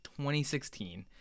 2016